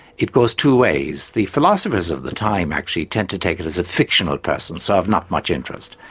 it goes two ways the philosophers of the time actually tend to take it as a fictional person, so of not much interest,